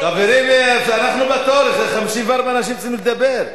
54 אנשים צריכים עוד לדבר.